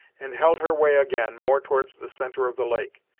and held her way again, more towards the centre of the lake.